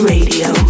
Radio